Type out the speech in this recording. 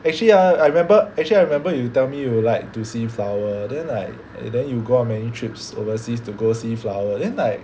actually ah I remember actually I remember you tell me you like to see flower then like then you go on many trips overseas to go see flower then like